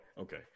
okay